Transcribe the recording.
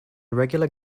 regular